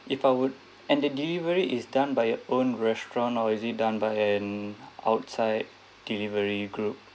if I would and the delivery is done by your own restaurant or is it done by uh outside delivery group